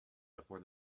before